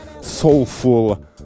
soulful